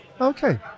Okay